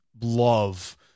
love